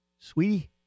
sweetie